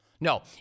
No